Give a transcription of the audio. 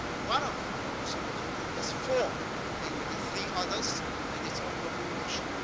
one of them, the soviet union, has four namely the three others and its own population.